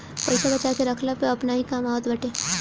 पईसा बचा के रखला पअ अपने ही काम आवत बाटे